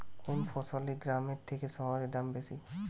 কোন ফসলের গ্রামের থেকে শহরে দাম বেশি?